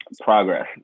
Progress